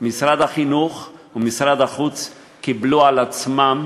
משרד החינוך ומשרד החוץ קיבלו על עצמם